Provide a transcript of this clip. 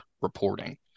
reporting